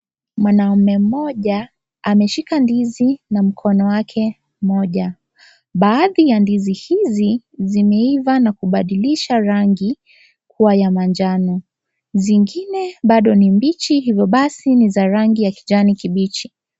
Mwanaume mmoja, ameshika ndizi na mkono wake mmoja. Baadhi ya ndizi hizi, zimeiva na kubadilisha rangi kuwa ya manjano. Zingine bado ni mbichi, hivo basi ni za rangi ya kijani kibichi.